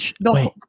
Wait